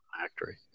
factory